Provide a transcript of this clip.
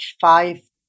five